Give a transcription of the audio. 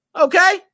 Okay